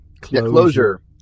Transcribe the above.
closure